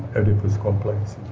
oedipus complex.